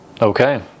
Okay